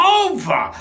over